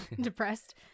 depressed